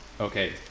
Okay